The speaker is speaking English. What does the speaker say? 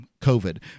COVID